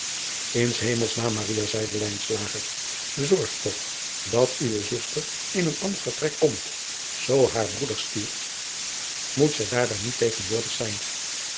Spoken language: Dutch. n s emel naam zeide zorg toch dat uwe zuster in een ander vertrek komt zoo haar broeder stierf moet zij daarbij niet tegenwoordig zijn